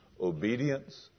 Obedience